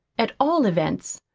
at all events,